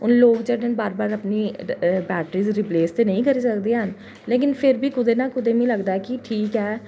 लोक जेह्ड़े न बार बार अपनी बैटरी ते रिप्लेस ते नेईं करी सकदे है'न लेकिन फिर बी कुतै ना कुतै मिगी लगदा कि ठीक ऐ